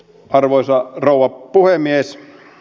arvoisa rouva puhemies